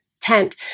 tent